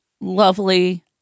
lovely